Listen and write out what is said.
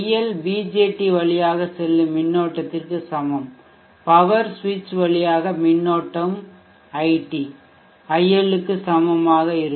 L BJT வழியாக செல்லும் மின்னோட்டத்திற்கு சமம் பவர் சுவிட்ச் வழியாக மின்னோட்டம் ஐடி ஐஎல் க்கு சமமாக இருக்கும்